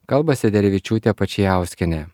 kalba sederevičiūtė pačiauskienė